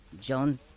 John